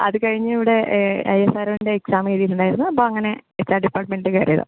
അത് കഴിഞ്ഞ് ഇവിടെ ഐയെസ്റോയുടെ എക്സാം എഴുതിട്ടുണ്ടായിരുന്നു അങ്ങനെ എച്ആർ ഡിപ്പാർട്മെന്റിൽ കയറിയതാണ്